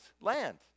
land